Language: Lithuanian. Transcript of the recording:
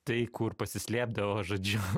tai kur pasislėpdavo žodžiu